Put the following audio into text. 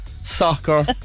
soccer